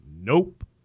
nope